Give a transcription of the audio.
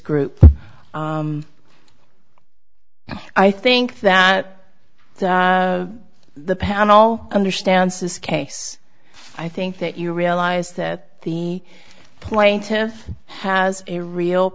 group i think that the panel understands his case i think that you realize that the plaintiff has a real